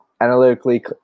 analytically